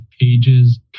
pages